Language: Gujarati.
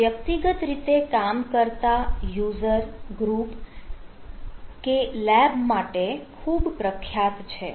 આ વ્યક્તિગત રીતે કામ કરતાં યુઝરગ્રુપ કે લેબ માટે ખૂબ પ્રખ્યાત છે